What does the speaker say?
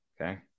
okay